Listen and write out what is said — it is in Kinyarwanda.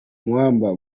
muamba